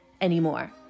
anymore